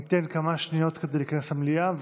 ניתן כמה שניות כדי להיכנס למליאה.